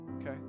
okay